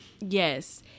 Yes